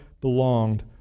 belonged